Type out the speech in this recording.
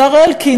השר אלקין,